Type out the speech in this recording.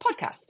podcast